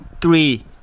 three